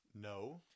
No